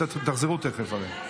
תחזרו תכף, הרי.